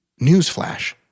Newsflash